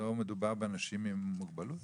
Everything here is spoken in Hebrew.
לא מדובר באנשים עם מוגבלות?